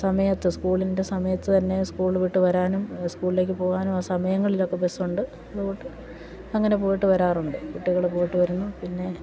സമയത്ത് സ്കൂളിൻ്റെ സമയത്ത് തന്നെ സ്കൂൾ വിട്ട് വരാനും സ്കൂളിലേക്കു പോകാനും ആ സമയങ്ങളിലൊക്കെ ബസ്സുണ്ട് അതു കൊണ്ട് അങ്ങനെ പോയിട്ട് വരാറുണ്ട് കുട്ടികൾ പോയിട്ട് വരുന്നു പിന്നെ